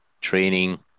training